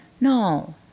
No